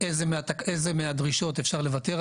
על איזה מהדרישות אפשר לוותר,